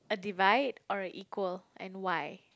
a divide or a equal and why